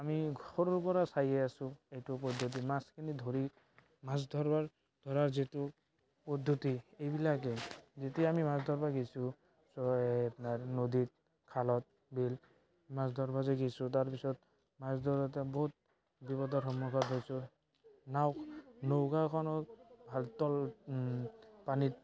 আমি সৰুৰ পৰা চাই আছোঁ এইটো পদ্ধতিত মাছখিনি ধৰি ধৰাৰ যিটো পদ্ধতি এইবিলাকেই যেতিয়া আমি মাছ ধৰিব শিকিছোঁ আপোনাৰ নদীত খালত বিল মাছ ধৰা শিকিছোঁ মাছ ধৰা এটা বহুত নাও নৌকাখনত তল পানীত